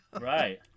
Right